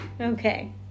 Okay